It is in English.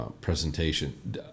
presentation